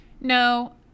No